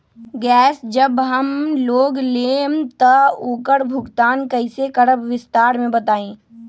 Gas जब हम लोग लेम त उकर भुगतान कइसे करम विस्तार मे बताई?